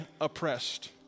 oppressed